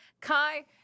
Kai